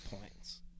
points